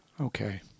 Okay